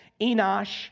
Enosh